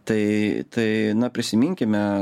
tai tai na prisiminkime